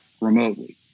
remotely